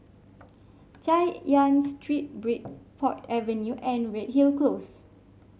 Chay Yan Street Bridport Avenue and Redhill Close